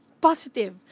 positive